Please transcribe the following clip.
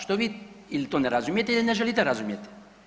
Što vi il to ne razumijete ili ne želite razumjeti.